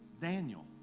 Daniel